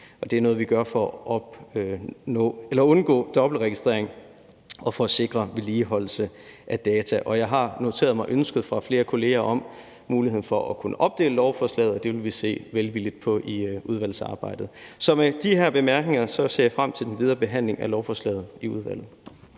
det er noget, vi gør for at undgå dobbeltregistrering og for at sikre vedligeholdelse af data; og jeg har noteret mig ønsket fra flere kolleger om muligheden for at kunne opdele lovforslaget, og det vil vi se velvilligt på i udvalgsarbejdet. Så med de her bemærkninger ser jeg frem til den videre behandling af lovforslaget i udvalget.